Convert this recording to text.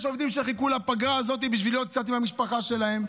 יש עובדים שחיכו לפגרה הזאת בשביל להיות קצת עם המשפחה שלהם,